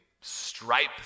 stripe